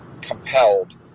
compelled